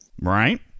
Right